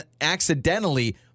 accidentally